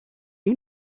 you